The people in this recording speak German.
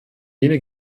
jene